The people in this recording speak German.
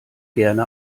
gerne